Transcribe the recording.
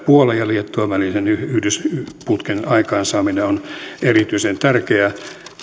puolan ja liettuan välisen yhdysputken aikaansaaminen on erityisen tärkeää